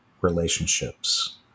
relationships